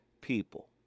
people